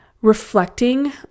reflecting